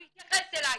הוא התייחס אלי.